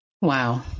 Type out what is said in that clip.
Wow